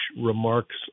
Remarks